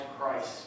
Christ